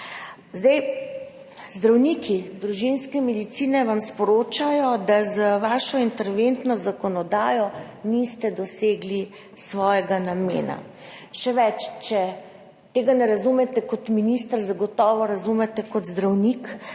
Zdravniki družinske medicine vam sporočajo, da z vašo interventno zakonodajo niste dosegli svojega namena. Še več, če tega ne razumete kot minister, zagotovo razumete kot zdravnik,